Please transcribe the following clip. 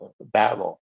battle